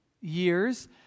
years